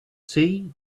see